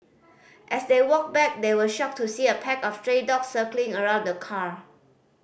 as they walked back they were shocked to see a pack of stray dogs circling around the car